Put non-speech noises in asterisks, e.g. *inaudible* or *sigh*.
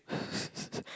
*laughs*